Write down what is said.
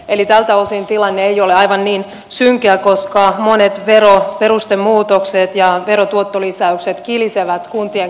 eli tältä osin tilanne ei ole aivan niin synkeä koska monet veroperustemuutokset ja verotuottolisäykset kilisevät kuntien kassaan